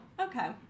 Okay